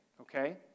Okay